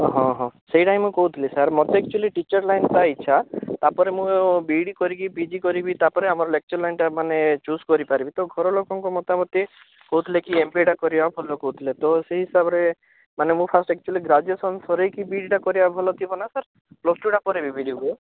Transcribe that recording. ହଁ ହଁ ସେଇଟା ହିଁ ମୁଁ କହୁଥିଲି ସାର୍ ମୋତେ ଆକ୍ଚୁଆଲି ଟିଚର୍ ଲାଇନ୍ ପାଇଁ ଇଚ୍ଛା ତା'ପରେ ମୁଁ ବି ଇ ଡ଼ି କରିକି ପି ଜି କରିବି ତା'ପରେ ଆମର ଲେକ୍ଚର୍ ଲାଇନ୍ଟା ମାନେ ଚୂଜ୍ କରିପାରିବି ତ ଘରଲୋକଙ୍କ ମତାମତ କହୁଥିଲେ କି ଏମ୍ବିଏଟା କରିବା ଭଲ କହୁଥିଲେ ତ ସେଇ ହିସାବରେ ମାନେ ମୁଁ ଫାର୍ଷ୍ଟ ଆକ୍ଚୁଆଲି ଗ୍ରାଜୁଏସନ୍ ସରାଇକି ବିଇଡ଼ିଟା କରିବା ଭଲ ଥିବ ନା ସାର୍ ପ୍ଲସ୍ ଟୁ'ଟା ପରେ ବି ବି ଇ ଡ଼ି ହୁଏ